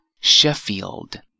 Sheffield